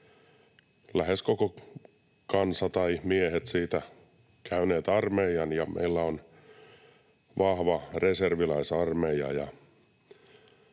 lähes koko kansa, tai miehet siitä, käynyt armeijan ja meillä on vahva reserviläisarmeija,